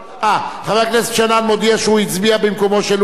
של אורי אורבך והיה אמור להצביע במקומו.